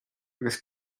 agus